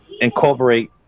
incorporate